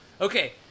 okay